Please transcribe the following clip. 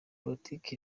politiki